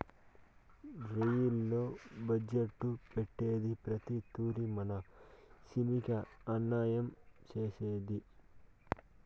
rail budget పెట్టేదే ప్రతి తూరి మన సీమకి అన్యాయం సేసెదానికి